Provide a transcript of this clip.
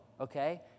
okay